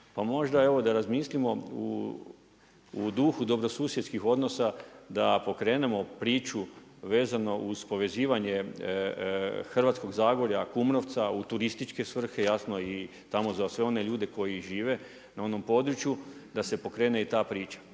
možda evo da razmislimo u duhu dobro susjedskih odnosa, da pokrenemo priču, vezano uvaženi zastupnik povezivanje Hrvatskog zagorja, Kumrovca u turističke svrhe, jasno i tamo za sve one ljude koji žive na onom području, da se pokrene i ta priča.